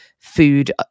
Food